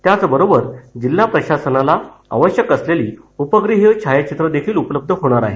त्याच बरोबर जिल्हा प्रशासनाला आवश्यक ती उपग्रहिय छायाचित्र देखील उपलब्ध होणार आहे